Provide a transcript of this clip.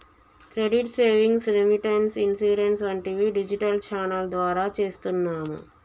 credit savings, remittance, insurance వంటివి digital channel ద్వారా చేస్తున్నాము